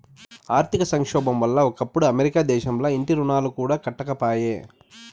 ఆర్థిక సంక్షోబం వల్ల ఒకప్పుడు అమెరికా దేశంల ఇంటి రుణాలు కూడా కట్టకపాయే